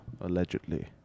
Allegedly